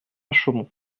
chaumont